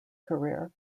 career